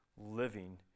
living